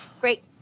Great